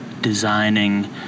designing